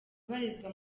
ubarizwa